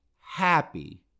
Happy